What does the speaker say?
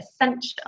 essential